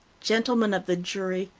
gentlemen of the jury,